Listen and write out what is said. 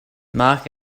mark